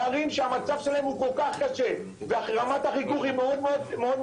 הערים שהמצב שלהם הוא כל כך קשה ורמת החיכוך היא מאוד גבוהה,